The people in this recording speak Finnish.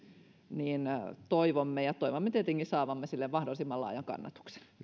toivomme ja toivomme tietenkin saavamme sille mahdollisimman laajan kannatuksen